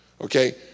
Okay